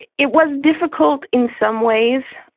it it was difficult in some ways,